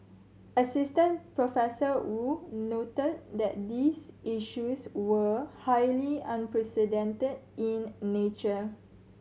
Assistant Prof Woo noted that these issues were highly unprecedented in nature